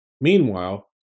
Meanwhile